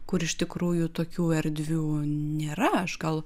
kur iš tikrųjų tokių erdvių nėra aš gal